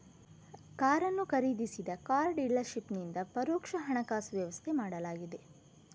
ಕಾರನ್ನು ಖರೀದಿಸಿದ ಕಾರ್ ಡೀಲರ್ ಶಿಪ್ಪಿನಿಂದ ಪರೋಕ್ಷ ಹಣಕಾಸು ವ್ಯವಸ್ಥೆ ಮಾಡಲಾಗಿದೆ